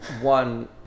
One